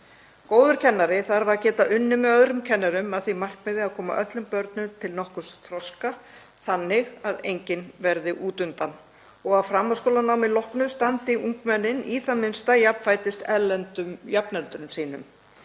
Góður kennari þarf að geta unnið með öðrum kennurum að því markmiði að koma öllum börnum til nokkurs þroska þannig að enginn verði út undan og að framhaldsskólanámi loknu standi ungmennin í það minnsta jafnfætis erlendum jafnöldrum sínum.